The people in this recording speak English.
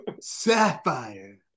Sapphire